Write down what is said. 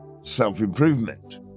self-improvement